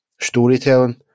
storytelling